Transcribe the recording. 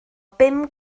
bum